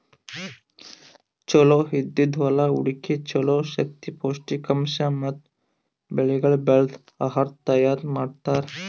ಚಲೋ ಇದ್ದಿದ್ ಹೊಲಾ ಹುಡುಕಿ ಚಲೋ ಶಕ್ತಿ, ಪೌಷ್ಠಿಕಾಂಶ ಮತ್ತ ಬೆಳಿಗೊಳ್ ಬೆಳ್ದು ಆಹಾರ ತೈಯಾರ್ ಮಾಡ್ತಾರ್